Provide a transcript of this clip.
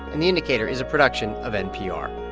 and the indicator is a production of npr